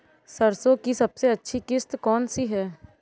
सरसो की सबसे अच्छी किश्त कौन सी है?